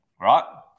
right